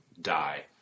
die